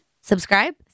subscribe